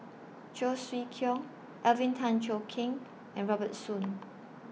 Cheong Siew Keong Alvin Tan Cheong Kheng and Robert Soon